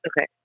Okay